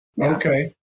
Okay